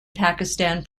pakistan